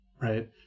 right